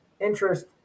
interest